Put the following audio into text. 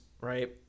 Right